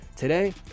Today